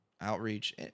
outreach